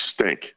stink